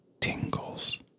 tingles